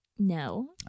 No